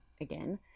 again